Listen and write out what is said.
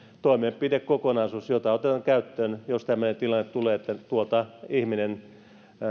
toimenpidekokonaisuuden joka otetaan käyttöön jos tämmöinen tilanne tulee että tuolta ihminen